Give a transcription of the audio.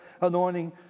anointing